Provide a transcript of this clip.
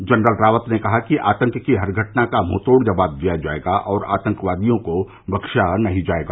general Rawat ने कहा कि आतंक की हर घटना का मुंहतोड़ जवाब दिया जायेगा और आतंकवादियों को बख्शा नहीं जायेगा